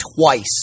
twice